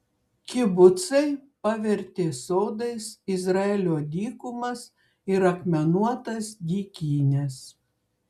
kibucai pavertė sodais izraelio dykumas ir akmenuotas dykynes